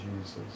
Jesus